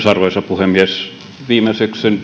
arvoisa puhemies viime syksyn